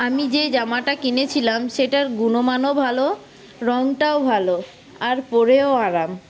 আমি যে জামাটা কিনেছিলাম সেটার গুণমানও ভালো রংটাও ভালো আর পরেও আরাম